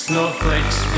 Snowflakes